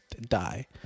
die